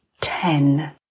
ten